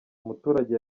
umuturage